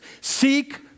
seek